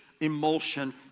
Emulsion